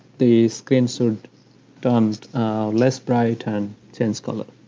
the screen should turn less bright and change color